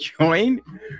join